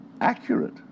accurate